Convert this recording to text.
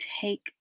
take